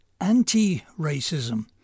anti-racism